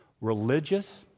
religious